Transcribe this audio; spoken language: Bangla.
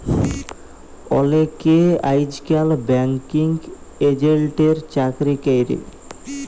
অলেকে আইজকাল ব্যাঙ্কিং এজেল্টের চাকরি ক্যরে